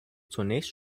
zunächst